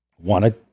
wanted